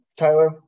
Tyler